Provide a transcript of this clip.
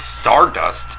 Stardust